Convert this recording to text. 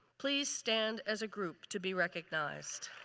please stand as a group to be recognized.